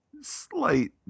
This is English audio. Slight